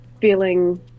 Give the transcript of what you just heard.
feeling